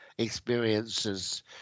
experiences